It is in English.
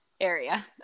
area